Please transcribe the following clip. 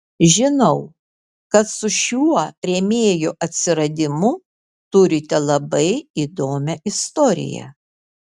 žinau kad su šiuo rėmėjo atsiradimu turite labai įdomią istoriją